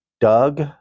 Doug